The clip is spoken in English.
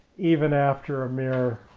even after a mere